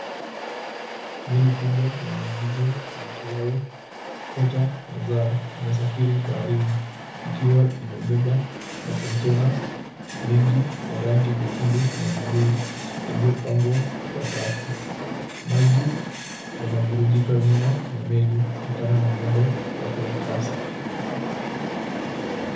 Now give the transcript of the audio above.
Meli kubwa ya mizigo iitwayo Quarter Zaar inasafiri baharini ikiwa imebeba makontena mengi ya rangi nyekundu na buluu yaliyo pangwa kwa safu. Maji yanavurugika nyuma ya meli kutokana mwendo wake wa kasi.